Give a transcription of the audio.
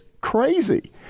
Crazy